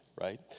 right